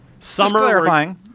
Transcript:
Summer